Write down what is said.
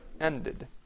ended